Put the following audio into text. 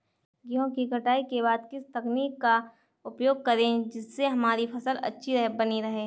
गेहूँ की कटाई के बाद किस तकनीक का उपयोग करें जिससे हमारी फसल अच्छी बनी रहे?